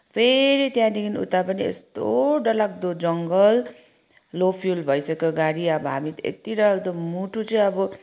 फेरि त्यहाँदेखि उता पनि यस्तो डरलाग्दो जङ्गल लो फ्युल भइसक्यो गाडी अब हामी त यति डरलाग्दो मुटु चाहिँ अब